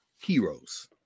heroes